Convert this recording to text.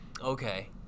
Okay